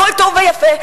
הכול טוב ויפה,